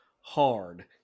hard